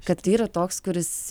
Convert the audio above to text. kad tai yra toks kuris